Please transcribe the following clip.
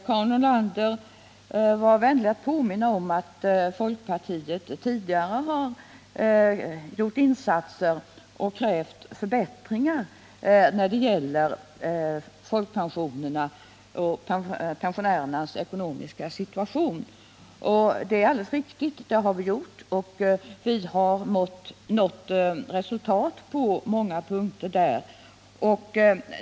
Karin Nordlander var vänlig att påminna om att folkpartiet tidigare har gjort insatser och krävt förbättringar när det gäller folkpensionerna och pensionärernas ekonomiska situation. Det äralldeles riktigt att vi har gjort det, och vi har nått resultat på många punkter.